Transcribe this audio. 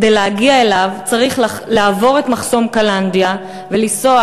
כדי להגיע אליו צריך לעבור את מחסום קלנדיה ולנסוע